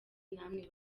namwe